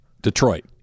Detroit